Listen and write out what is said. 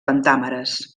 pentàmeres